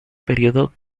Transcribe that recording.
periodo